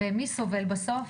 מי סובל בסוף?